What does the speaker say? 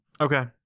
Okay